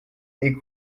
est